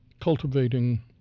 cultivating